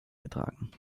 getragen